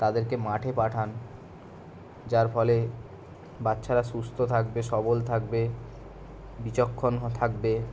তাদেরকে মাঠে পাঠান যার ফলে বাচ্চারা সুস্থ থাকবে সবল থাকবে বিচক্ষণ হো থাকবে